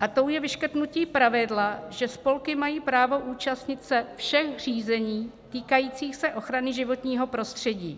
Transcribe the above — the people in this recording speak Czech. a tou je vyškrtnutí pravidla, že spolky mají právo účastnit se všech řízení týkajících se ochrany životního prostředí.